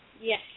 Yes